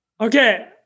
Okay